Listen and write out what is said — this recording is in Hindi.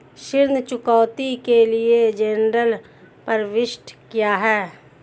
ऋण चुकौती के लिए जनरल प्रविष्टि क्या है?